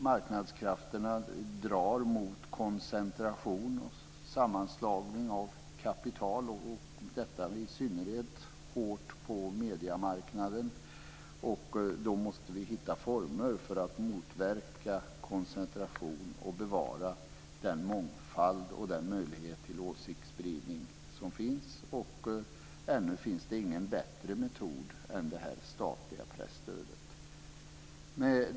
Marknadskrafterna drar mot koncentration och sammanslagning av kapital, och detta i synnerhet på mediemarknaden. Vi måste hitta former för att motverka koncentration och bevara den mångfald och den möjlighet till åsiktsspridning som finns. Ännu finns det ingen bättre metod än det statliga presstödet.